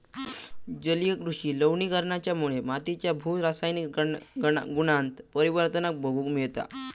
जलीय कृषि लवणीकरणाच्यामुळे मातीच्या भू रासायनिक गुणांत परिवर्तन बघूक मिळता